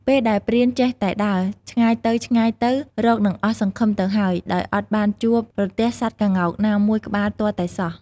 ពេលដែលព្រានចេះតែដើរ ឆ្ងាយទៅៗរកនឹងអស់សង្ឃឹមទៅហើយ ដោយអត់បានជួបប្រទះសត្វក្ងោកណាមួយក្បាលទាល់តែសោះ។